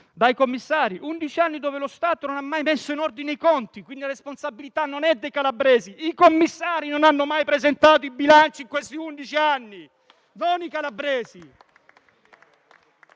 dai commissari, undici anni in cui lo Stato non ha mai messo in ordine i conti e, quindi, la responsabilità non è dei calabresi: sono i commissari che non hanno mai presentato i bilanci in questi undici anni, non i calabresi.